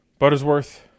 Buttersworth